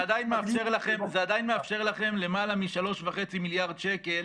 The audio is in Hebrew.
זה עדיין מאפשר לכם למעלה מ-3.5 מיליארד שקל